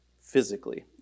physically